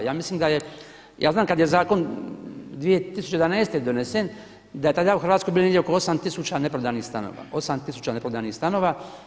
Ja mislim da je, ja znam kad je zakon 2011. donesen da je tada u Hrvatskoj bilo negdje oko 8000 neprodanih stanova, 8000 neprodanih stanova.